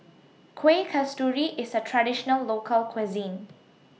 Kueh Kasturi IS A Traditional Local Cuisine